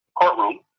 courtroom